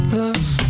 love